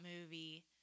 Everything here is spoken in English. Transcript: movie